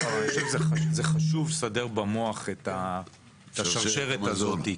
זה חשוב לסדר במוח את השרשרת הזאת,